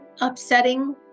upsetting